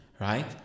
Right